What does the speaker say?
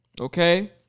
Okay